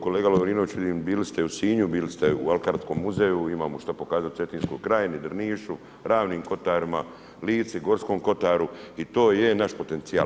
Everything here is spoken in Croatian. Kolega Lovrinović, vidim bili ste u Sinju, bili ste u alkarskom muzeju, imamo što pokazati, Cetinskoj Krajini, Drnišu, Ravnim Kotarima, Lici, Gorskom Kotaru i to je naš potencijal.